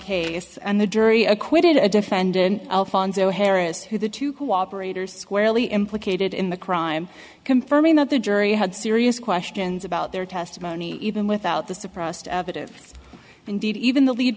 case and the jury acquitted a defendant alfonzo harris who the two cooperators squarely implicated in the crime confirming that the jury had serious questions about their testimony even without the suppressed evidence indeed even the lead